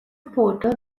portal